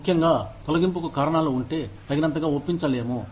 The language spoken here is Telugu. ముఖ్యంగా తొలగింపుకు కారణాలు ఉంటే తగినంతగా ఒప్పించలేము